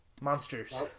monsters